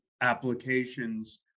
applications